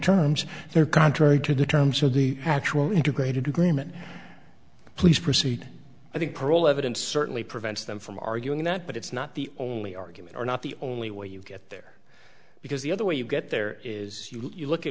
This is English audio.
terms there contrary to the terms of the actual integrated agreement please proceed i think parole evidence certainly prevents them from arguing that but it's not the only argument or not the only way you get there because the other way you get there is you look at